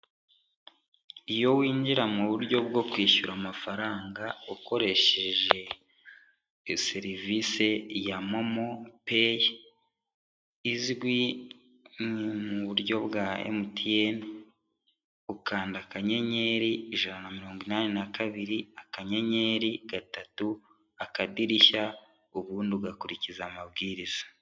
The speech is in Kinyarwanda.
Iyo winjira mu buryo bwo kwishyura amafaranga ukoresheje serivisi ya momo payi izwi mu buryo bwa MTN ukanda akanyenyeri ijana na mirongo inani na kabiri akanyenyeri gatatu akadirishya ubundi ugakurikiza amabwiriza.